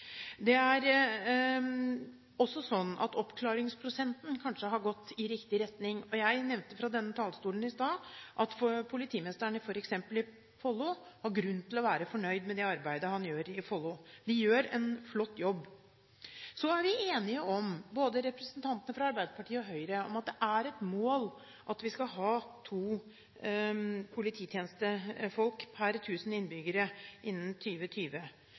Det er også sånn at oppklaringsprosenten vel har gått i riktig retning, og jeg nevnte fra denne talerstolen i dag at politimesteren f.eks. i Follo har grunn til å være fornøyd med det arbeidet han gjør der. De gjør en flott jobb. Så er vi enige om, både representantene fra Arbeiderpartiet og representantene fra Høyre, at det er et mål at vi skal ha to polititjenestefolk per 1 000 innbyggere innen